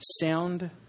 sound